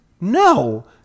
No